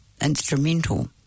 instrumental